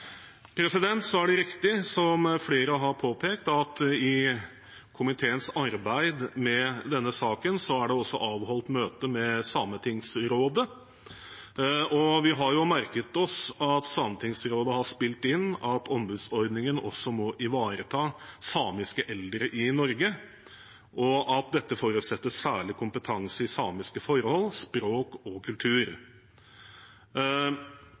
Så er det riktig, som flere har påpekt, at i komiteens arbeid med denne saken er det også avholdt møte med Sametingsrådet. Vi har merket oss at Sametingsrådet har spilt inn at ombudsordningen også må ivareta samiske eldre i Norge, og at dette forutsetter særlig kompetanse i samiske forhold, språk og kultur.